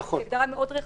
זו הגדרה מאוד רחבה,